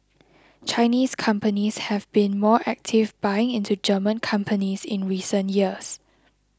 Chinese companies have been more active buying into German companies in recent years